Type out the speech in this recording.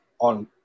on